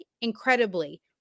incredibly